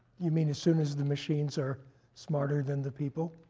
you mean as soon as the machines are smarter than the people?